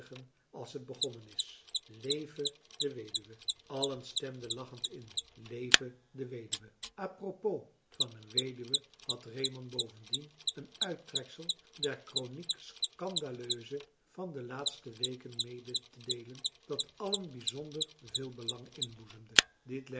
als het begonnen is leve de weduwe marcellus emants een drietal novellen allen stemden lachend in leve de weduwe a propos van een weduwe had reeman bovendien een uittreksel der chronique scandaleuse van de laatste weken medetedeelen dat allen bijzonder veel belang inboezemde dit